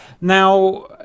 Now